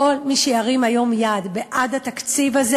כל מי שירים היום יד בעד התקציב הזה